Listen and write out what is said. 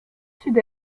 sud